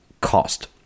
cost